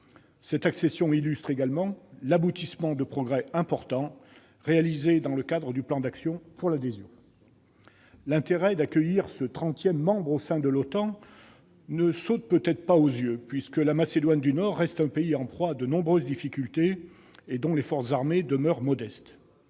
Cette accession illustre également l'aboutissement de progrès importants réalisés dans le cadre du plan d'action pour l'adhésion. L'intérêt d'accueillir ce trentième membre au sein de l'OTAN ne saute peut-être pas aux yeux, puisque la Macédoine du Nord reste un pays en proie à de nombreuses difficultés et dont les forces armées demeurent modestes.